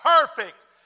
perfect